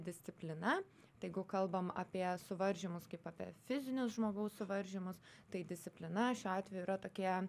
disciplina tai jeigu kalbam apie suvaržymus kaip apie fizinius žmogaus suvaržymus tai disciplina šiuo atveju yra tokie